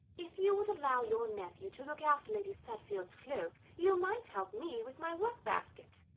if you would allow your nephew to look after lady stutfield's cloak, you might help me with my workbasket.